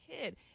kid